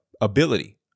ability